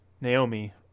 Naomi